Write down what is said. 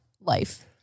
life